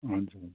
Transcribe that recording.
हुन्छ हुन्छ